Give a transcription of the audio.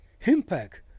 impact